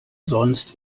sonst